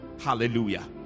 Hallelujah